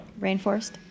Rainforest